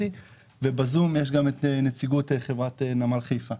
ובזום יש גם את נציגי חברת נמל חיפה.